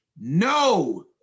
no